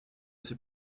ses